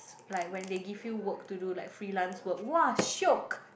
s~ like when they give you work to do like freelance work !wah! shock